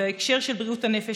בהקשר של בריאות הנפש,